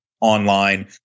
online